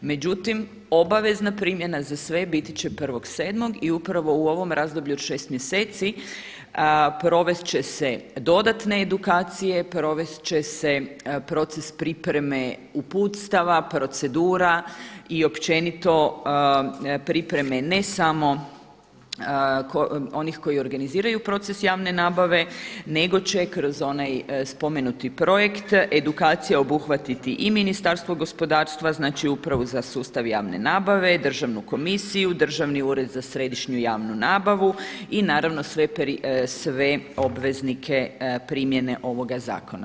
Međutim, obavezna primjena za sve biti će 1.7. i upravo u ovom razdoblju od 6 mjeseci provest će se dodatne edukacije, provest će se proces pripreme uputstava, procedura i općenito pripreme ne samo onih koji organiziraju proces javne nabave nego će kroz onaj spomenuti projekt edukacija obuhvatiti i Ministarstvo gospodarstva, znači Upravu za sustav javne nabave, Državnu komisiju, Državni ured za središnju javnu nabavu i naravno sve obveznike primjene ovoga zakona.